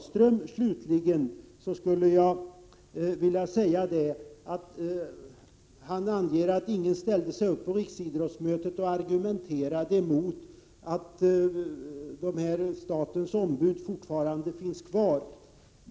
Slutligen: Lars Ahlström anger att ingen ställde sig upp på riksidrottsmötet och argumenterade emot att statens ombud fortfarande finns kvar.